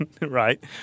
Right